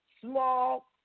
small